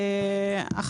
אדוני,